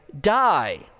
die